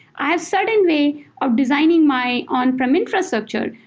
i have certain way of designing my on-prem infrastructure,